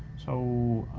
so